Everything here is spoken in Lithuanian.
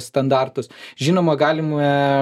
standartus žinoma galime